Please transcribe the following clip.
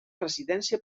residència